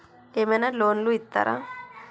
ఏమైనా లోన్లు ఇత్తరా?